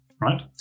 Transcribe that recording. Right